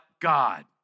God